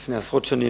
לפני עשרות שנים,